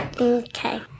okay